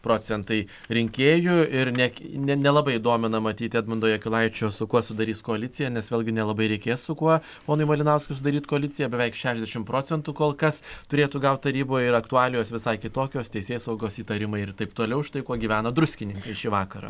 procentai rinkėjų ir nek ne nelabai domina matyti edmundo jakilaičio su kuo sudarys koaliciją nes vėlgi nelabai reikės su kuo ponui malinauskui sudaryti koaliciją beveik šešiasdešimt procentų kol kas turėtų gaut taryboje ir aktualijos visai kitokios teisėsaugos įtarimai ir taip toliau štai kuo gyvena druskininkai šį vakarą